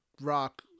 Rock